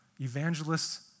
evangelists